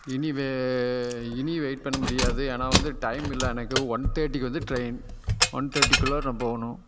இனி இனி வெயிட் பண்ண முடியாது ஏன்னா வந்து டைம் இல்லை எனக்கு ஒன் தேர்ட்டிக்கு வந்து ட்ரெயின் ஒன் தேர்ட்டிக்குள்ளாக நான் போகணும்